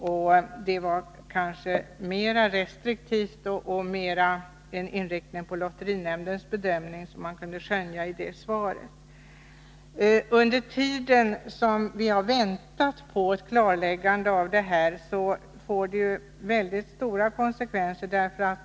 I hans svar kunde man kanske skönja en större restriktivitet och en inriktning på lotterinämndens bedömning. Under tiden som vi har väntat på ett klarläggande har lotterinämndens beslut fått mycket stora konsekvenser.